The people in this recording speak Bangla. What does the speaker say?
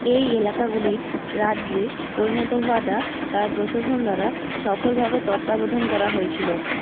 এই এলাকাগুলির রাজ্যে পরিণত হওয়াটা তার প্রশাসন দ্বারা সফলভাবে তত্ত্বাবধান করা হয়েছিল